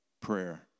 prayer